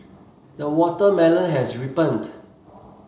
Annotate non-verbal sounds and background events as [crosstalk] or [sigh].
the watermelon has [unintelligible]